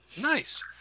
Nice